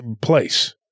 place